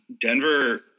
Denver